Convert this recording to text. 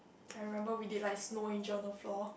ya I remember we did like snow angel on the floor